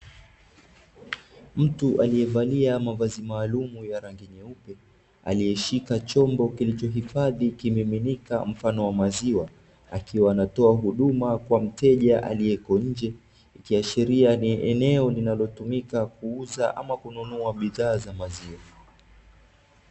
Mtu aliyevalia mavazi maalumu ya rangi nyeupe, aliyeshika chombo kilichohifadhi kimiminika, mfano wa maziwa, akiwa anatoa huduma kwa mteja aliyeko nje. Ikiashiria ni eneo linalotumika kuuza ama kununua bidhaa za maziwa.